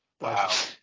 Wow